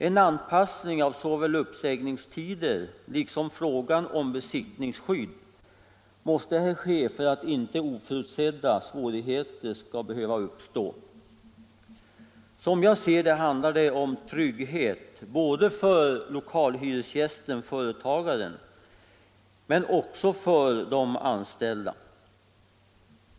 En anpassning av såväl uppsägningstider som frågan om besittningsskydd måste här ske för att inte oförutsedda svårigheter skall behöva uppstå. Som jag ser det handlar det om trygghet både för lokalhyresgästen-företagaren och för de anställda.